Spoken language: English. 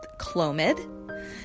Clomid